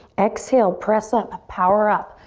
exhale, press up, power up.